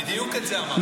בדיוק את זה אמרת.